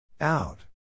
Out